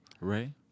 Ray